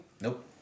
Nope